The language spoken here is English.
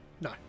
No